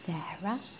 Sarah